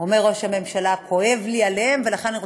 אומר ראש הממשלה: כואב לי עליהם,